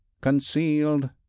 concealed